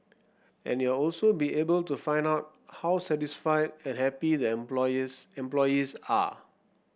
and you'd also be able to find out how satisfied and happy the employees employees are